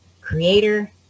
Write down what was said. creator